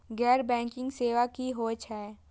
गैर बैंकिंग सेवा की होय छेय?